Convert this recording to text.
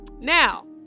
Now